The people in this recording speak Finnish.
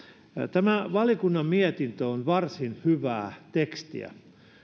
tämä valiokunnan mietintö on varsin hyvää tekstiä